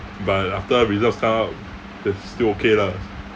but after results come out it's still okay lah